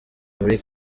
muri